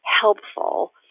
helpful